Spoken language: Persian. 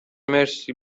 مرسی